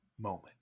moment